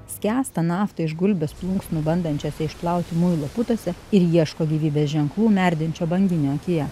skęsta naftą iš gulbės plunksnų bandančiose išplauti muilo putose ir ieško gyvybės ženklų merdinčio bandinio akyje